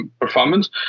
performance